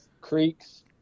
creeks